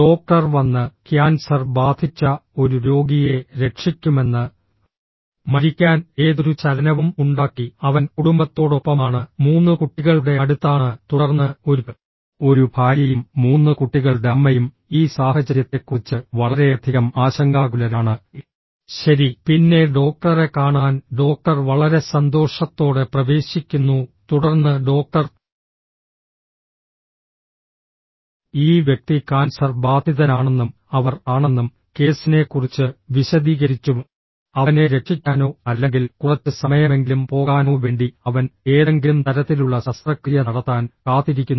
doctor വന്ന് cancer ബാധിച്ച ഒരു രോഗിയെ രക്ഷിക്കുമെന്ന് മരിക്കാൻ ഏതൊരു ചലനവും ഉണ്ടാക്കി അവൻ കുടുംബത്തോടൊപ്പമാണ് മൂന്ന് കുട്ടികളുടെ അടുത്താണ് തുടർന്ന് ഒരു ഒരു ഭാര്യയും മൂന്ന് കുട്ടികളുടെ അമ്മയും ഈ സാഹചര്യത്തെക്കുറിച്ച് വളരെയധികം ആശങ്കാകുലരാണ് ശരി പിന്നെ ഡോക്ടറെ കാണാൻ ഡോക്ടർ വളരെ സന്തോഷത്തോടെ പ്രവേശിക്കുന്നു തുടർന്ന് ഡോക്ടർ ഈ വ്യക്തി കാൻസർ ബാധിതനാണെന്നും അവർ ആണെന്നും കേസിനെക്കുറിച്ച് വിശദീകരിച്ചു അവനെ രക്ഷിക്കാനോ അല്ലെങ്കിൽ കുറച്ച് സമയമെങ്കിലും പോകാനോ വേണ്ടി അവൻ ഏതെങ്കിലും തരത്തിലുള്ള ശസ്ത്രക്രിയ നടത്താൻ കാത്തിരിക്കുന്നു